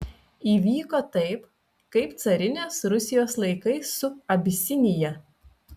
įvyko taip kaip carinės rusijos laikais su abisinija